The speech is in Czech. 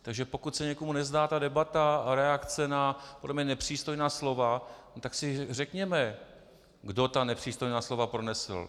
Takže pokud se někomu nezdá ta debata a reakce na podle mě nepřístojná slova, tak si řekněme, kdo ta nepřístojná slova pronesl.